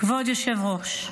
כבוד היושב-ראש,